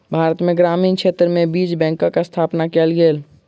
भारत में ग्रामीण क्षेत्र में बीज बैंकक स्थापना कयल गेल